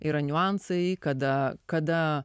yra niuansai kada kada